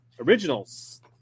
originals